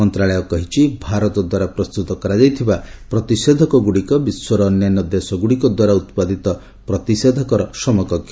ମନ୍ତ୍ରଣାଳୟ କହିଛି ଭାରତଦ୍ୱାରା ପ୍ରସ୍ତୁତ କରାଯାଇଥିବା ପ୍ରତିଷେଧକଗୁଡ଼ିକ ବିଶ୍ୱର ଅନ୍ୟାନ୍ୟ ଦେଶଗୁଡ଼ିକ ଦ୍ୱାରା ଉତ୍ପାଦିତ ପ୍ରତିଷେଧକର ସମକକ୍ଷ